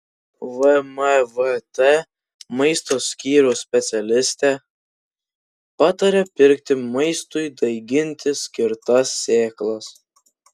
vmvt maisto skyriaus specialistė pataria pirkti maistui daiginti skirtas sėklas